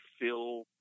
fill